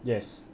yes